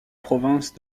province